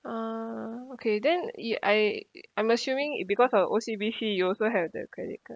uh okay then you I I'm assuming it because of O_C_B_C you also have their credit card